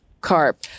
CARP